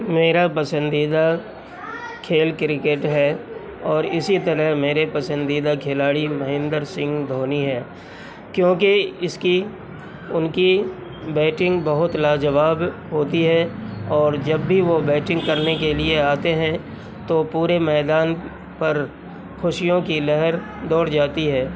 میرا پسندیدہ کھیل کرکٹ ہے اور اسی طرح میرے پسندیدہ کھلاڑی مہیندر سنگھ دھونی ہیں کیونکہ اس کی ان کی بیٹنگ بہت لاجواب ہوتی ہے اور جب بھی وہ بیٹنگ کرنے کے لیے آتے ہیں تو پورے میدان پر خوشیوں کی لہر دوڑ جاتی ہے